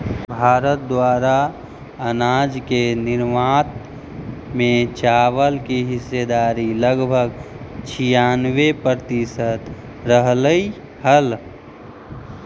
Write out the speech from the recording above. भारत द्वारा अनाज के निर्यात में चावल की हिस्सेदारी लगभग छियानवे प्रतिसत रहलइ हल